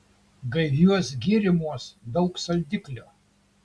gaiviuos gėrimuos daug saldiklio